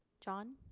john?